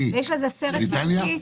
סניגור של בריאות הציבור,